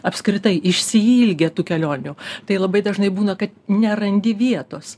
apskritai išsiilgę tų kelionių tai labai dažnai būna kad nerandi vietos